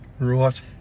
Right